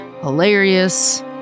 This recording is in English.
hilarious